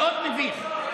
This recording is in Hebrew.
מאוד מביך.